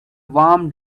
warm